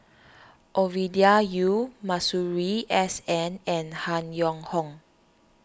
Ovidia Yu Masuri S N and Han Yong Hong